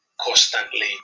constantly